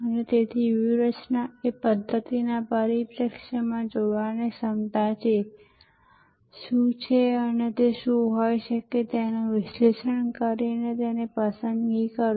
અને તેથી વ્યૂહરચના એ પધ્ધતિના પરિપ્રેક્ષ્યમાં જોવાની ક્ષમતા છે શું છે અને શું હોઈ શકે છે તેનું વિશ્લેષણ કરીને અને પછી પસંદગી કરો